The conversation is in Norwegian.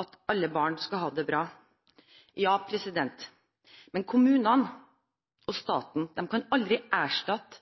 at alle barn skal ha det bra. Men kommunene og staten kan aldri erstatte